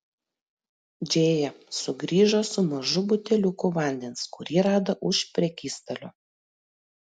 džėja sugrįžo su mažu buteliuku vandens kurį rado už prekystalio